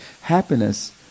Happiness